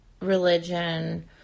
religion